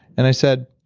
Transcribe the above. and i said,